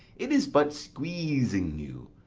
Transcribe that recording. it is but squeezing you,